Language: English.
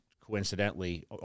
coincidentally